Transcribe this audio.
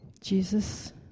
Jesus